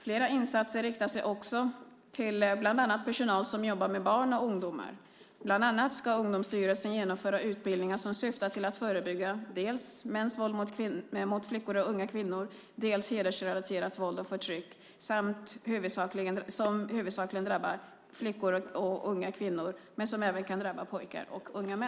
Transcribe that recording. Flera insatser riktar sig också till bland annat personal som jobbar med barn och ungdomar. Bland annat ska Ungdomsstyrelsen genomföra utbildningar som syftar till att förebygga dels mäns våld mot flickor och unga kvinnor, dels hedersrelaterat våld och förtryck som huvudsakligen drabbar flickor och unga kvinnor men som även kan drabba pojkar och unga män.